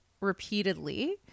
Repeatedly